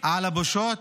על הבושות?